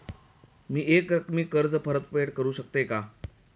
मी एकरकमी कर्ज परतफेड करू शकते का?